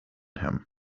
him